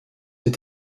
est